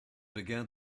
began